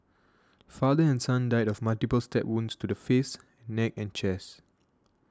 father and son died of multiple stab wounds to the face neck and chest